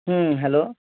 হুম hello